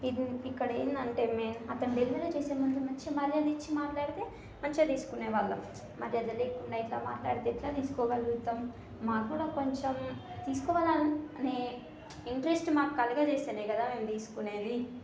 ఇక్కడ ఏంటంటే మెయిన్ అతని డెలివరీ చేసే ముందు మంచిగా మర్యాద ఇచ్చి మాట్లాడితే మంచిగా తీసుకునేవాళ్ళము మర్యాద లేకుండా ఇట్లా మాట్లాడితే ఎట్లా తీసుకోగలుగుతాము మాకు కూడా కొంచెం తీసుకోవాలి అనే ఇంట్రెస్ట్ మాకు కలగజేస్తూనే కదా మేము తీసుకునేది